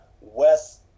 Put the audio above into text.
West